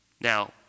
Now